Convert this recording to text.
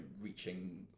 reaching